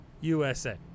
usa